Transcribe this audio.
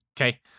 Okay